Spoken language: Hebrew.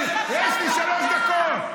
יש לי שלוש דקות.